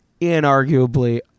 inarguably